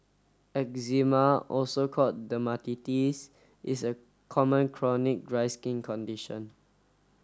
eczema also called dermatitis is a common chronic dry skin condition